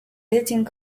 editing